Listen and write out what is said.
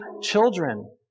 children